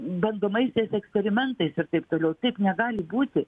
bandomaisiais eksperimentais ir taip toliau taip negali būti